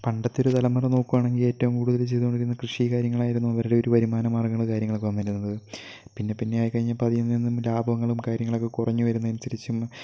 പണ്ടത്തൊരു തലമുറ നോക്കുകയാണെങ്കിൽ ഏറ്റവും കൂടുതൽ ചെയ്തു കൊണ്ടിരുന്നത് കൃഷി കാര്യങ്ങളായിരുന്നു അവരുടെ ഒരു വരുമാന മാർഗങ്ങൾ കാര്യങ്ങളൊക്കെ വന്നിരുന്നത് പിന്നെ പിന്നെ ആയിക്കഴിഞ്ഞപ്പോൾ അതിൽ നിന്നും ലാഭങ്ങളും കാര്യങ്ങളൊക്കെ കുറഞ്ഞു വരുന്നതിനനുസരിച്ചും